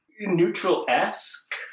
neutral-esque